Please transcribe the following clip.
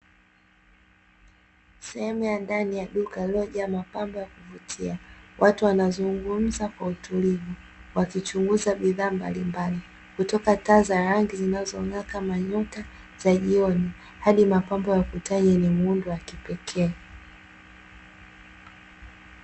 Sehemu ya ndani ya duka lililojaa mapambo ya kuvutia. Watu wanazungumza kwa utulivu wakichunguza bidhaa mbalimbali, kutoka taa za rangi zinazong’aa kama nyoya za jioni, hadi mapambo ya ukutani yenye muundo wa kipekee.